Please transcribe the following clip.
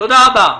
תודה רבה.